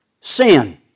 Sin